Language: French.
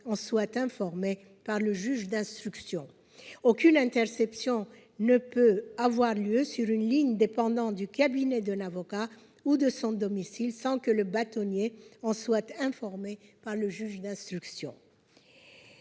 en soit informé par le juge d'instruction. Aucune interception ne peut avoir lieu sur une ligne dépendant du cabinet d'un avocat ou de son domicile sans que le bâtonnier en soit informé par le juge d'instruction